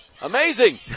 Amazing